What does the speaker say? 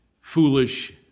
foolish